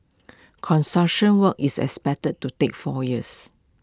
construction work is expected to take four years